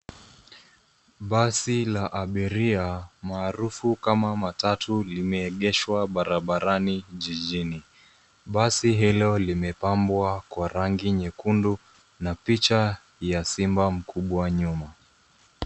Basi la abiria, maarufu kama matatu limeegeshwa barabarani jijini. Basi hilo limepambwa kwa rangi nyekundu na picha ya simba nyuma.